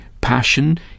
passion